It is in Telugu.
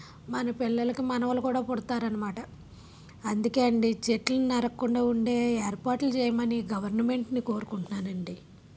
మన పిల్లలకు మనవళ్ళు కూడా పుడతారు అన్నమాట అందుకే అండి చెట్లను నరకకుండా ఉండే ఏర్పాట్లు చేయమని గవర్నమెంట్ని కోరుకుంటున్నాను అండి